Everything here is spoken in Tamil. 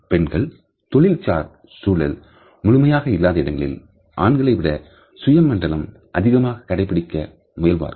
பெண்கள் தொழில் சார் சூழல் முழுமையாக இல்லாத இடங்களிலும் ஆண்களைவிட சுய மண்டலம் அதிகமாக கடைபிடிக்க முயல்வார்கள்